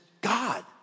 God